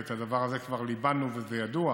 ואת הדבר הזה כבר ליבנו וזה ידוע,